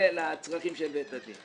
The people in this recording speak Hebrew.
לצרכים של בית הדין.